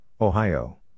Ohio